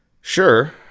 sure